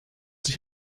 sich